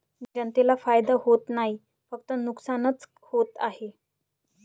जनतेला फायदा होत नाही, फक्त नुकसानच होत आहे